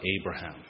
Abraham